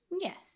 Yes